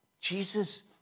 Jesus